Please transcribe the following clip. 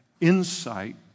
insight